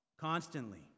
constantly